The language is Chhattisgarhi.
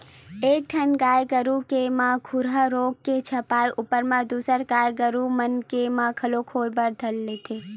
एक ठन गाय गरु के म खुरहा रोग के छपाय ऊपर म दूसर गाय गरुवा मन के म घलोक होय बर धर लेथे